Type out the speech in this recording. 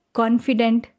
confident